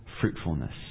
fruitfulness